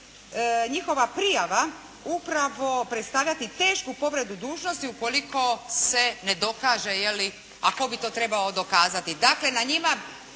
njihova prijava upravo predstavljati tešku povredu dužnosti ukoliko se ne dokaže je li, a tko bi to trebao dokazati. Dakle na njima